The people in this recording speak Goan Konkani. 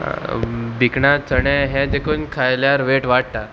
भिकणा चणे हें देखून खायल्यार वेट वाडटा